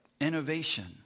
innovation